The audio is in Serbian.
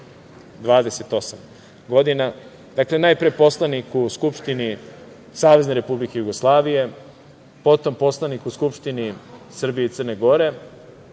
28 godina. Najpre poslanik u Skupštini Savezne Republike Jugoslavije, potom poslanik u Skupštini Srbije i Crne Gore,